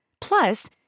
Plus